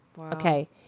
Okay